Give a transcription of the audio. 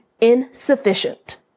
insufficient